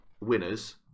winners